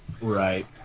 Right